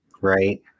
right